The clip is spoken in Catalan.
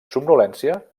somnolència